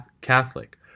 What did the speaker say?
Catholic